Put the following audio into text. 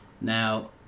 Now